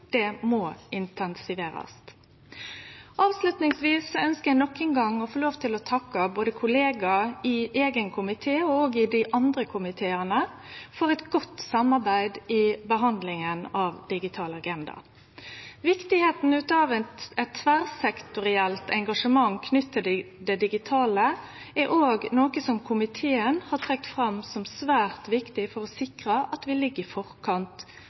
kommunikasjon, må intensiverast. Avslutningsvis ønskjer eg nok ein gong å få lov til å takke kollegaer både i eigen komité og i dei andre komiteane for eit godt samarbeid i behandlinga av «Digital agenda». Viktigskapen av eit tverrsektorielt engasjement knytt til det digitale er òg noko komiteen har trekt fram som svært viktig for å sikre at vi ligg i forkant